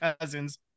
cousins